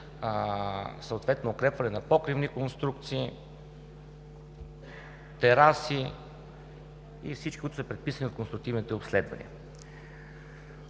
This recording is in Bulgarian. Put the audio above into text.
съответно укрепване на покривни конструкции, тераси и всичко се приписва на конструктивните обследвания.